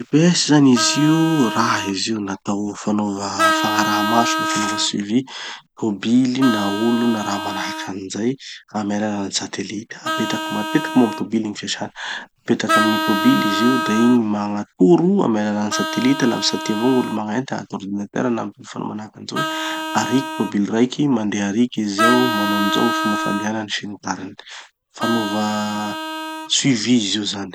Gny GPS izy io raha izy natao fanaova fagnaraha-maso na fanaova suivi tobily na olo na raha manahaky anizay, amy alalan'ny satelita. Apetaky matetiky moa amy tobily gny fiasany. Apetaky amy gny tobily izy io da igny magnatoro amy alalan'ny satelita, lavitsy atiky avao gn'olo magnenty agnaty ordinateur na amy telefony manahaky anizay hoe: ariky tobily raiky, mandeha ariky izy zao, manao anizao fomba fandehanany sy ny tariny. Fanova suivi izy io zany.